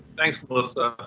thanks melissa.